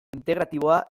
integratiboa